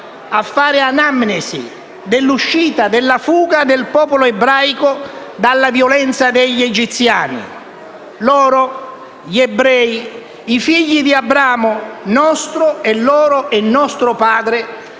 a fare anamnesi dell'uscita, della fuga, del popolo ebraico dalla violenza degli egiziani. Loro, gli ebrei, i figli di Abramo (nostro e loro padre),